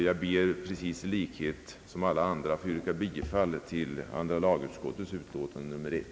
Jag ber till sist att i likhet med alla andra få yrka bifall till andra lagutskottets utlåtande nr 1.